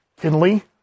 Kinley